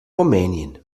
rumänien